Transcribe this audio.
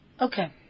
Okay